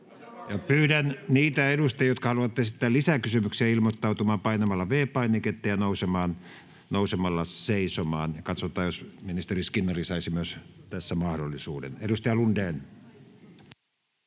Pyydän niitä edustajia, jotka haluavat esittää lisäkysymyksiä, ilmoittautumaan painamalla V-painiketta ja nousemalla seisomaan. Katsotaan, jos myös ministeri Skinnari saisi tässä mahdollisuuden. — Edustaja Lundén.